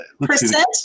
Percent